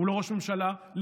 הוא לא ראש ממשלה לגיטימי.